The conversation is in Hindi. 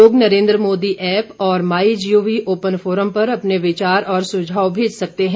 लोग नरेन्द्र मोदी ऐप और my G O V open forum पर अपने विचार और सुझाव भेज सकते हैं